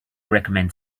recommend